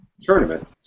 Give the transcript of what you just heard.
tournament